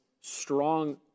strong